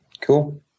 Cool